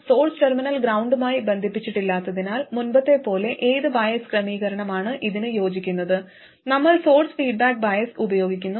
source terminal ഗ്രൌണ്ടുമായി ബന്ധിപ്പിച്ചിട്ടില്ലാത്തതിനാൽ മുമ്പത്തെപ്പോലെ ഏത് ബയസ് ക്രമീകരണമാണ് ഇതിന് യോജിക്കുന്നത് നമ്മൾ സോഴ്സ് ഫീഡ്ബാക്ക് ബയസ് ഉപയോഗിക്കുന്നു